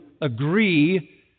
agree